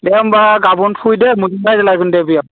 दे होमब्ला गाबोन फैदे मोननाय लायगोन दे बेयाव